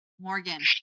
Morgan